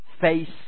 face